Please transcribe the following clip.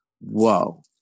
whoa